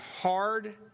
hard